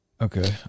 okay